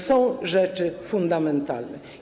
Są rzeczy fundamentalne.